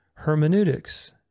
Hermeneutics